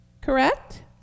correct